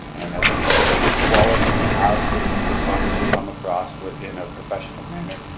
and i think that's a good quality to have as long as you come across with in a professional manner,